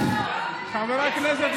חבר הכנסת סובה,